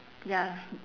ya